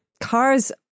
cars